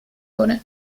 wurde